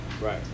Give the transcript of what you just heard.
Right